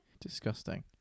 Disgusting